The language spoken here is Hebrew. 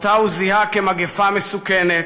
שאותה הוא זיהה כמגפה מסוכנת.